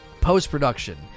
Post-production